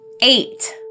Eight